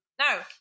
no